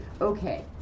Okay